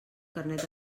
carnet